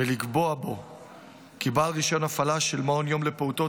ולקבוע בו כי בעל רישיון הפעלה של מעון יום לפעוטות